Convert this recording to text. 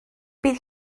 bydd